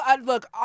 look